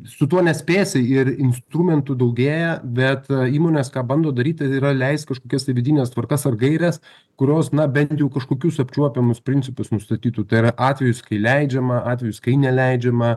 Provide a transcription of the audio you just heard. su tuo nespėsi ir instrumentų daugėja bet įmonės ką bando daryti yra leist kažkokias tai vidines tvarkas ar gaires kurios na bent jau kažkokius apčiuopiamus principus nustatytų tai yra atvejus kai leidžiama atvejus kai neleidžiama